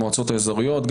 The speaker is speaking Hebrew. גם המועצות האזוריות.